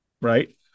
Right